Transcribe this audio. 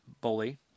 Bully